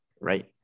right